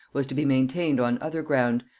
was to be maintained on other ground,